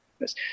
Yes